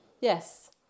Yes